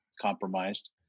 compromised